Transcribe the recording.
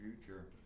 future